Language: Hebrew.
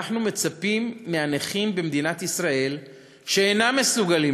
אנחנו מצפים מהנכים במדינת ישראל שאינם מסוגלים